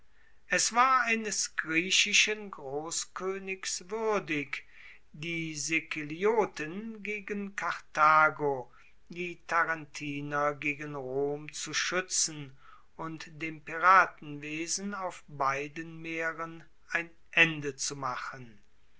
es war eines griechischen grosskoenigs wuerdig die sikelioten gegen karthago die tarentiner gegen rom zu schuetzen und dem piratenwesen auf beiden meeren ein ende zu machen